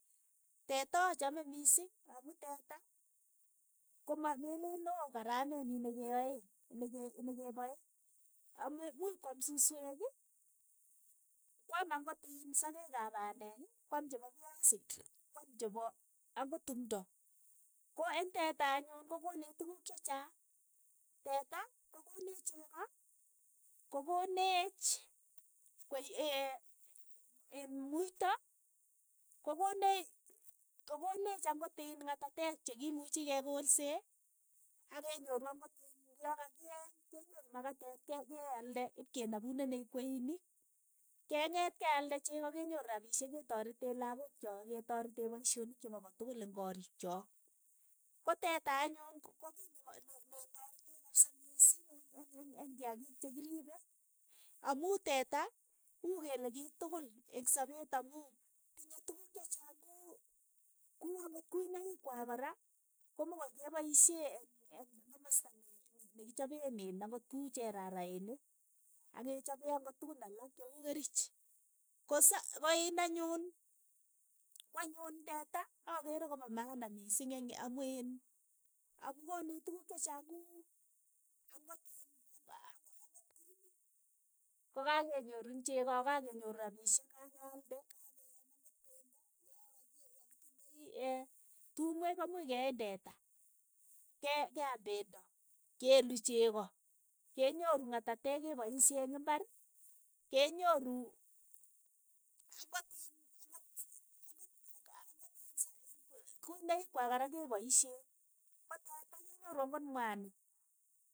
Teta achame miising amu teta koma meleen oo karamet nyii ne ke aee, ne ke pae, ame imuch kwaam susweeki kwaam ang'ot iin sokeek ap pandek, kwaam chepo piasiik, kwam chepo ang'ot tumto. ko eng' teta anyun ko koneech tukuk chechaang, teta kokoneech cheko, kokoneech kwe iin muito, kokoneech kokoneech ang'ot iin ng'atateek che kimuchi kekolsee ak kenyoru ang'ot iin ya ka kieeny kenyoru makateet ke- kealde ipkenapunenech kweinik. Keng'et kealde cheko kenyoru rapishek ketorete lakook choo ketoretee paishonik chepo kotukul eng' koriik chook, ko teta anyun ko kiy ne pa- ne- netareet kapsa misiing eng'- eng'-eng' kiakiik che kiripe, amu teeta uu kele kiy tokol eng sapet amu tinye tukuk chechaang kuu ang'ot kuinoik kwai kora ko mokoi kepaisye eng-' eng' komasta ne- ne- nekichapeen iin ang'ot ku cherarainik, akechapee ang'ot tukun alak che uu kerich, ko sa ko iin anyun kwanyun teta akere ko pa maana mising eng' amu iin koneech tukuk chechaang kuu ang'ot iin- ang'ot- angot krimit kokakenyoru eng' cheko ak kakenyoru rapishek, kakealde, kakeaam ang'ot pendo ya kaki yakitindoi tumwek ko muuch ke eeny teta, ke ke aam pendo, ke luu cheko. ke nyoru ngatatek ke paishe ing' imbar. kenyoru ang'ot iin ang'ot- ang'ot- ang'ot iin kuinoik kwai kepoisheen, ko teta kenyoru ang'ot mwanik.